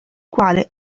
quale